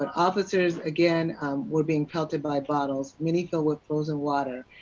and officers, again were being pelted by bottles, many filled with frozen water,